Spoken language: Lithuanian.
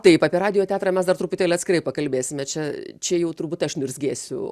taip apie radijo teatrą mes dar truputėlį atskirai pakalbėsime čia čia jau turbūt aš niurzgėsiu